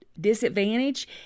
disadvantage